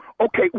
Okay